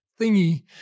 thingy